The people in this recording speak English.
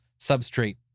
substrate